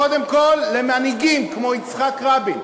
קודם כול למנהיגים כמו יצחק רבין,